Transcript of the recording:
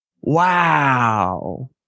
Wow